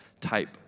type